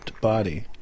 body